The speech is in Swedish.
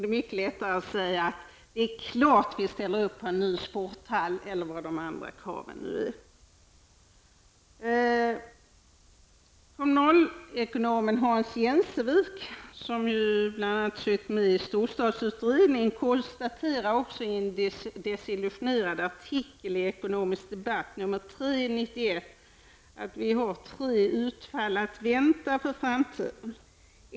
Det är mycket lättare att säga att man självklart ställer upp på en ny sporthall eller på något annat populärt objekt. Komunalekonomen Hans Jensevik, som bl.a. satt med i storstadsutredningen, konstaterar i en desillusionerad artikel i Ekonomisk debatt nr 3 år 1991, att vi har tre utfall att vänta för framtiden.